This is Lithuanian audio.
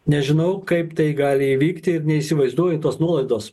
nežinau kaip tai gali įvykti ir neįsivaizduoju tos nuolaidos